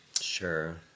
Sure